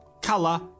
Color